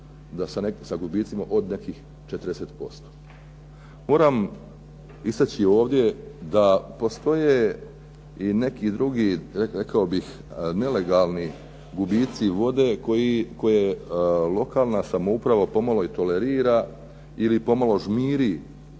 sa gubicima od nekih 40%. Moram istaći ovdje da postoje i neki drugi rekao bih nelegalni gubici vode koje lokalna samouprava pomalo i tolerira ili pomalo žmiri